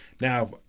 now